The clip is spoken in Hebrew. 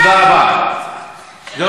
זו אותה קהילה, שהוא יענה לך.